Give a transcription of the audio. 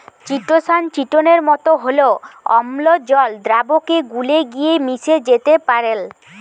chitosan চিটোনের মতো হলেও অম্লজল দ্রাবকে গুলে গিয়ে মিশে যেতে পারেল